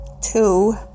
two